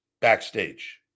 backstage